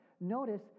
Notice